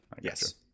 Yes